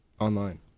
online